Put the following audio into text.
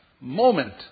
moment